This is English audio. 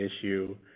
issue